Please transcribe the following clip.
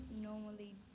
normally